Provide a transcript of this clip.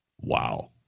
wow